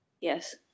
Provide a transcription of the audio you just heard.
Yes